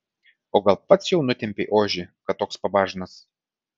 o gal pats jau nutempei ožį kad toks pabažnas